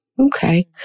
Okay